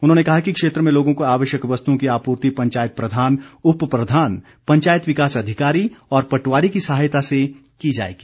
उन्होंने कहा कि क्षेत्र में लोगों को आवश्यक वस्तुओं की आपूर्ति पंचायत प्रधान उप प्रधान पंचायत विकास अधिकारी और पटवारी की सहायता से की जाएगी